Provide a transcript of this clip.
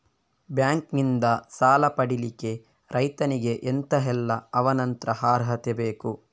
Bank ನಿಂದ ಸಾಲ ಪಡಿಲಿಕ್ಕೆ ರೈತನಿಗೆ ಎಂತ ಎಲ್ಲಾ ಅವನತ್ರ ಅರ್ಹತೆ ಬೇಕು?